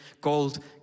gold